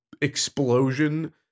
explosion